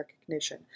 recognition